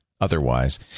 otherwise